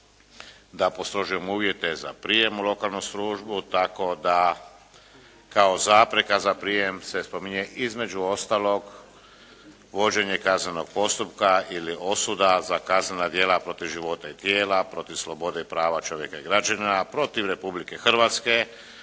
da postrožujemo uvjete za prijemu lokalnu službu tako da kao zapreka za prijem se spominje između ostalog vođenje kaznenog postupka ili osuda za kaznena djela protiv života i tijela, protiv slobode i prava čovjeka i građanina, protiv Republike Hrvatske,